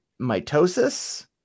Mitosis